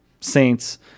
Saints